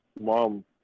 mom